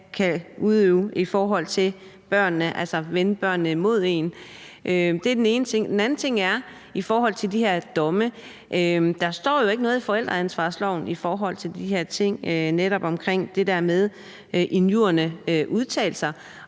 kan udøve det over for børnene og altså vende børnene imod en. Det er den ene ting. Den anden ting er i forhold til dommene. Der står netop ikke noget i forældreansvarsloven om de her ting, der handler om injurierende udtalelser,